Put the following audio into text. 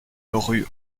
rue